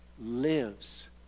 lives